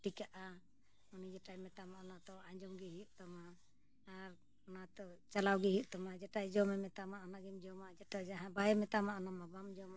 ᱴᱤᱠᱟᱹᱜᱼᱟ ᱩᱱᱤ ᱡᱮᱴᱟᱭ ᱢᱮᱛᱟᱢᱟ ᱚᱱᱟᱫᱚ ᱟᱸᱡᱚᱢᱜᱮ ᱦᱩᱭᱩᱜ ᱛᱟᱢᱟ ᱟᱨ ᱚᱱᱟ ᱛᱚ ᱪᱟᱞᱟᱣᱜᱮ ᱦᱩᱭᱩᱜ ᱛᱟᱢᱟ ᱡᱮᱴᱟ ᱡᱚᱢᱮ ᱢᱮᱛᱟᱢᱟ ᱚᱱᱟᱜᱮᱢ ᱡᱚᱢᱟ ᱡᱮᱴᱟ ᱡᱟᱦᱟᱸ ᱵᱟᱭ ᱢᱮᱛᱟᱢᱟ ᱚᱱᱟᱢᱟ ᱵᱟᱢ ᱡᱚᱢᱟ